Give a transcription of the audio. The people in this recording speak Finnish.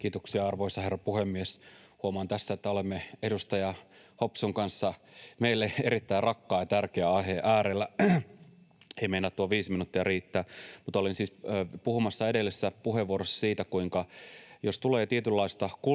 Kiitos, arvoisa herra puhemies! Huomaan tässä, että olemme edustaja Hopsun kanssa meille erittäin rakkaan ja tärkeän aiheen äärellä — ei meinaa tuo 5 minuuttia riittää. Mutta olin siis puhumassa puheenvuorossani siitä, että jos tulee tietynlaisesta